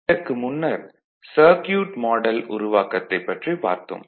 இதற்கு முன்னர் circuit model உருவாக்கத்தைப் பற்றி பார்த்தோம்